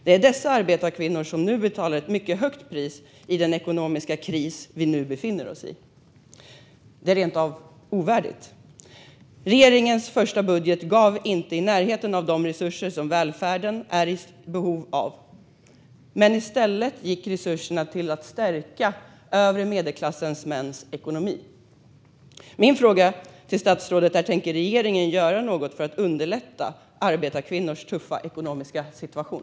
Det är dessa arbetarkvinnor som betalar ett mycket högt pris i den ekonomiska kris som vi nu befinner oss i. Det är rent av ovärdigt. Regeringens första budget gav inte i närheten av de resurser som välfärden är i behov av. I stället gick resurserna till att stärka den övre medelklassens mäns ekonomi. Min fråga till statsrådet är: Tänker regeringen göra något för att underlätta arbetarkvinnors tuffa ekonomiska situation?